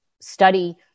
study